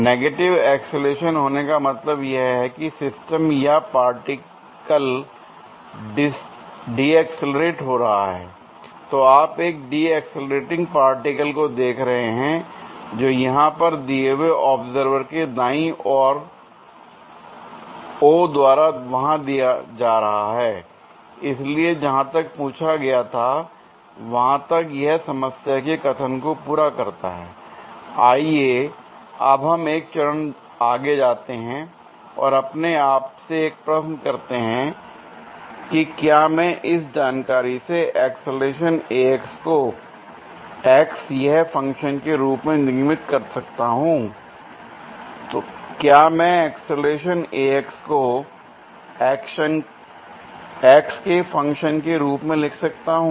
negative acceleration होने का मतलब यह है कि सिस्टम या पार्टिकल डीएक्सलरेट हो रहा है l तो आप एक डीएक्सलरेटिंग पार्टिकल को देख रहे हैं जो यहां पर दिए हुए ऑब्जर्वर के दाई और O द्वारा वहां जा रहा है l इसलिए जहां तक पूछा गया था वहां तक यह समस्या के कथन को पूरा करता है आइए अब हम एक चरण आगे जाते हैं और अपने आप से एक प्रश्न करते हैं कि क्या मैं इस जानकारी से एक्सीलरेशन को x यह फंक्शन के रूप में निगमित कर सकता हूं l क्या मैं एक्सीलरेशन को x के फंक्शन के रूप में लिख सकता हूं